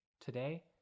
Today